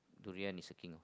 durian is the king